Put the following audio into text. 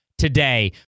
today